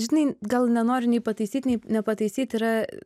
žinai gal nenori nei pataisyt nei nepataisyt yra